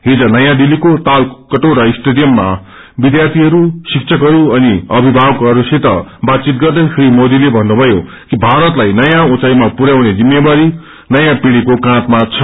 हिज नयाँ दिल्लीको तालकटोरा स्टेडियममा विध्यार्थीहरू शिक्षकहरू अनि अभिभावकहरूसित बातचित गर्दै श्री मोदीले भन्नुथयो कि भारतलाई नयाँ उचाँईमा पुर्याउने जिम्मेदारी नयाँ पिढ़ीको काँचमा छ